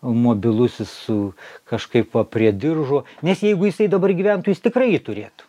mobilusis su kažkaip va prie diržo nes jeigu jisai dabar gyventų jis tikrai jį turėtų